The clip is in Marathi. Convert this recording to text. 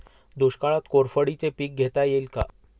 दुष्काळात कोरफडचे पीक घेता येईल का?